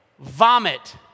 vomit